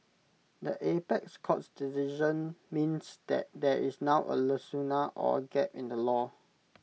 the apex court's decision means that there is now A lacuna or A gap in the law